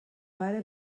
pare